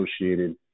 associated